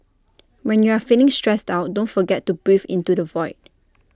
when you are feeling stressed out don't forget to breathe into the void